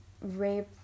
rape